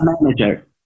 manager